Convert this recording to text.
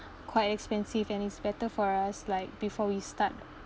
quite expensive and it's better for us like before we start